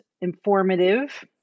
informative